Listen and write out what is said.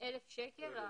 1,000 שקל.